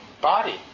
body